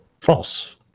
false